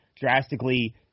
drastically